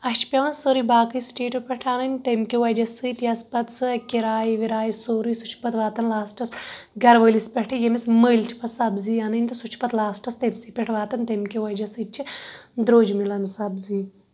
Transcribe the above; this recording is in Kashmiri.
اَسہِ چھِ پیٚوان سٲرے باقٕے سِٹیٹو پٮ۪ٹھ اَنٕنۍ تَمہِ کہِ وجہہ سۭتۍ یۄس پَتہٕ سۄ کِراے وِراے سورُے سہُ چھ ُپَتہٕ واتان لاسٹس گرٕ وٲلِس پٮ۪ٹھٕ ییٚمِس مٔلۍ چھِ پَتہٕ سَبزی اَنٕنۍ تہٕ سُہ چھُ پَتہٕ لاسٹس تٔمۍ سٕے پٮ۪ٹھ واتان تَمہِ کٮ۪و وجہہ سۭتۍ چھٕ دروٚجۍ مِلان سَبزی